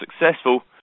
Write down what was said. successful